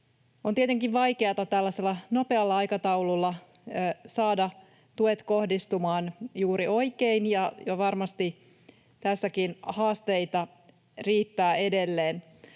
On tietenkin vaikeata tällaisella nopealla aikataululla saada tuet kohdistumaan juuri oikein, ja varmasti tässäkin haasteita riittää edelleen.